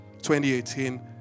2018